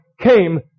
came